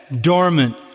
dormant